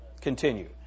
continue